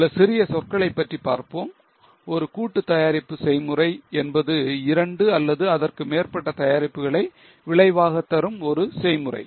சில சிறிய சொற்களைப் பற்றி பார்ப்போம் ஒரு கூட்டு தயாரிப்பு செய்முறை என்பது இரண்டு அல்லது அதற்கு மேற்பட்ட தயாரிப்புகளை விளைவாக தரும் ஒரு செய்முறை